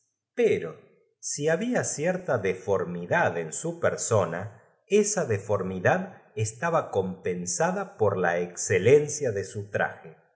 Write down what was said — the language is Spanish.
pero si habla cierta deformid ad en su preguntado si le permitirían ponérselo persona esa deformidad estaba compenpe o matl á pesar de su habitual corte sada por la éxcelencia de su traje